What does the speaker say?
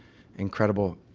incredible